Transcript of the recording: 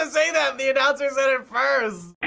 to say that, and the announcer said it first.